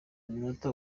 iminota